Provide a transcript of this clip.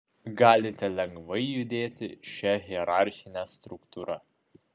galite lengvai judėti šia hierarchine struktūra